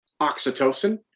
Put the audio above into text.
oxytocin